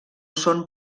són